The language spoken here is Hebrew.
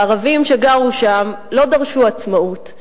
והערבים שגרו שם לא דרשו עצמאות.